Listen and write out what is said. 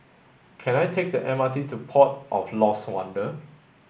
can I take the M R T to Port of Lost Wonder